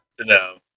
No